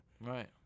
Right